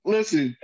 Listen